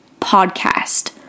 podcast